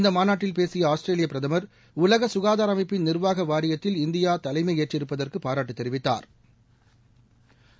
இந்த மாநாட்டில் பேசிய ஆஸ்திரரேலிய பிரதமா் உலக சுகாதார அமைப்பின் நிா்வாக வாரியத்தில் இந்தியா தலைமையேற்றிருப்பதற்கு பாராட்டு தெரிவித்தாா்